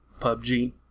PUBG